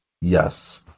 yes